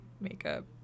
makeup